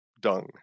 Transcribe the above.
dung